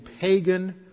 pagan